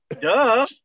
Duh